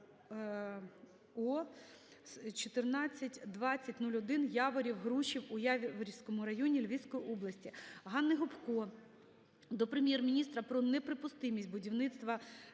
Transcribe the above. Ганни Гопко до Прем'єр-міністра про неприпустимість будівництва